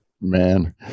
man